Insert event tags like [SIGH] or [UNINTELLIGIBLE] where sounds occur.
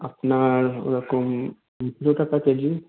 আপনার ওরকম [UNINTELLIGIBLE] টাকা কেজি